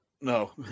No